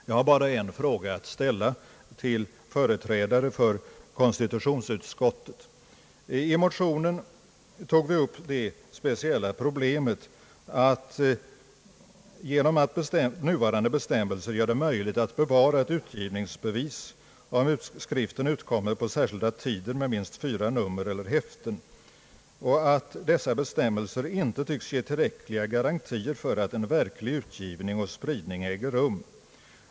Jag har bara en fråga att ställa till företrädare för konstitutionsutskottet. I motionerna tog vi upp det speciella problemet att nuvarande bestämmelser om att utgivningsbeviset kan bevaras, om skriften utkommer på särskilda tider med minst fyra nummer eller häften, inte synes ge tillräckliga garantier för att verklig utgivning och spridning äger rum.